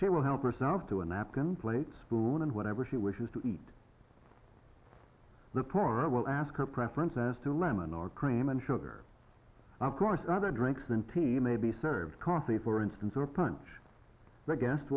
she will help herself to a napkin plate spoon and whatever she wishes to eat the pour it will ask her preference as to lemon or cream and sugar of course other drinks than team may be served coffee for instance or punch